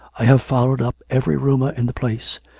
i have followed up every rumour in the place.